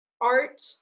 art